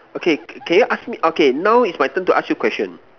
okay can you ask me okay now is my turn to ask you question